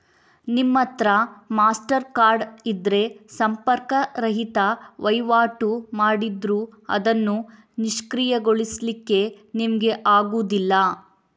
ನಿಮ್ಮತ್ರ Mastercard ಇದ್ರೆ ಸಂಪರ್ಕ ರಹಿತ ವೈವಾಟು ಮಾಡಿದ್ರೂ ಅದನ್ನು ನಿಷ್ಕ್ರಿಯಗೊಳಿಸ್ಲಿಕ್ಕೆ ನಿಮ್ಗೆ ಆಗುದಿಲ್ಲ